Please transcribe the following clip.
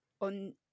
on